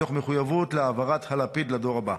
מתוך מחויבות להעברת הלפיד לדור הבא.